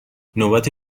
نوبت